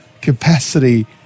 capacity